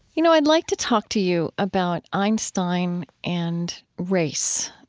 you know, i'd like to talk to you about einstein and race.